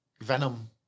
Venom